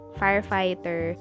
firefighter